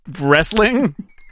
wrestling